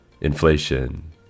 inflation